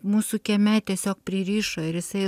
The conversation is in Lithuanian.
mūsų kieme tiesiog pririšo ir jisai